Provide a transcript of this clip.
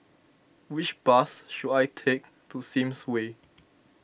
which bus should I take to Sims Way